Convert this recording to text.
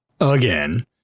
again